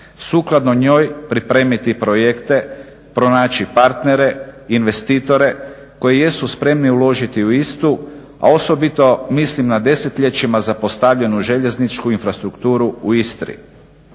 Sukladno njoj pripremiti projekte, pronaći partnere, investitore koji jesu spremni uložiti u isto, a osobito mislim na desetljećima zapostavljenu željezničku infrastrukturu u Istri.